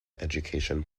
education